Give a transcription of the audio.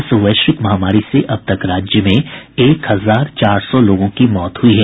इस वैश्विक महामारी से अब तक राज्य में एक हजार चार सौ लोगों की मौत हुई है